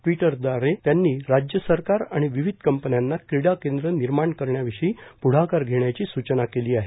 ट्वीटदवारे त्यांनी राज्य सरकार आणि विविध कंपन्यांना क्रीडा केंद्र निर्माण करण्याविषयी प्ढाकार घेण्याची सूचना केली आहे